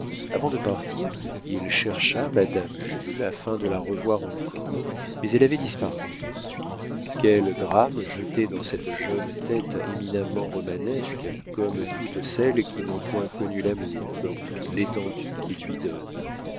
avant de partir il chercha madame jules afin de la revoir encore mais elle avait disparu quel drame jeté dans cette jeune tête éminemment romanesque comme toutes celles qui n'ont point connu l'amour dans toute l'étendue qu'ils lui donnent